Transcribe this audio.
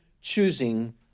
choosing